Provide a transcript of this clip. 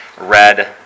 red